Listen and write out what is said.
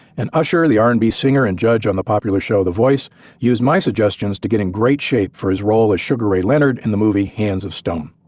and usher the r and b singer and judge on the popular show the voice used my suggestions to get in great shape for his role as sugar ray leonard in the movie hands of stone.